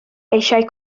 eisiau